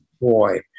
boy